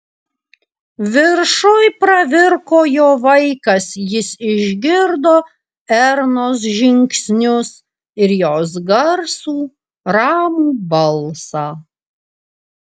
viršuj pravirko jo vaikas jis išgirdo ernos žingsnius ir jos garsų ramų balsą